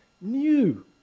new